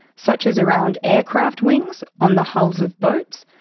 such as around aircraft wings, on the hulls of boats,